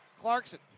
Clarkson